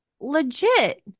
Legit